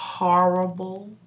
horrible